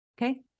Okay